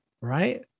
right